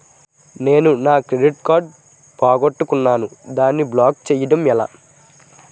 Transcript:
నేను నా credit card పోగొట్టుకున్నాను దానిని బ్లాక్ చేయడం ఎలా?